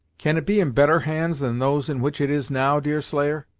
can it be in better hands than those in which it is now, deerslayer?